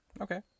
Okay